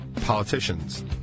politicians